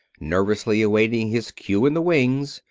nervously awaiting his cue in the wings,